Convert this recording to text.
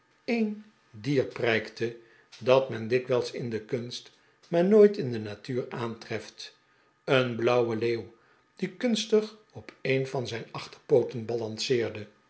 een dier prijkte dat men dikwijls in de kunst maar nooit in de natuur aantreft een blauwe leeuw die kunstig op een van zijn achterpooten balanceerde